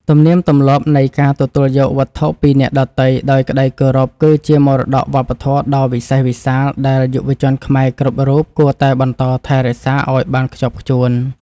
ទំនៀមទម្លាប់នៃការទទួលយកវត្ថុពីអ្នកដទៃដោយក្តីគោរព គឺជាមរតកវប្បធម៌ដ៏វិសេសវិសាលដែលយុវជនខ្មែរគ្រប់រូបគួរតែបន្តថែរក្សាឱ្យបានខ្ជាប់ខ្ជួន។